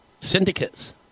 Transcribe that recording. syndicates